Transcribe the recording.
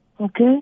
Okay